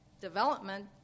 development